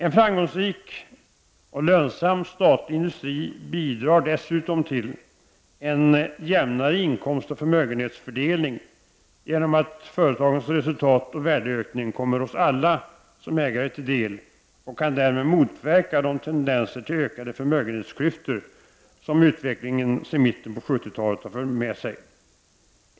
En framgångsrik och lönsam statlig industri bidrar dessutom till en jämnare inkomstoch förmögenhetsfördelning, genom att företagens resultat och värdeökning kommer oss alla som ägare till del och därmed kan motverka de tendenser till ökade förmögenhetsklyftor som utvecklingen sedan mitten av 70-talet har fört med sig.